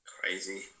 Crazy